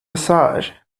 massage